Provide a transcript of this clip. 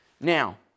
Now